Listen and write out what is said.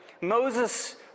Moses